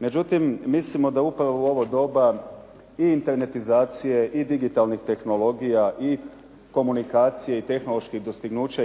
Međutim, mislimo da upravo u ovo doba i internetizacije i digitalnih tehnologija i komunikacije i tehnoloških dostignuća,